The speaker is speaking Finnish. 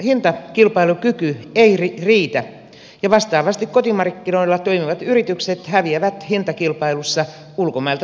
vientiyritystemme hintakilpailukyky ei riitä ja vastaavasti kotimarkkinoilla toimivat yritykset häviävät hintakilpailussa ulkomailta tuleville yrityksille